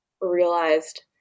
realized